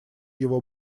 его